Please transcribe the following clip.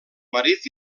marit